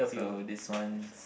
so this one's